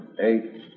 eight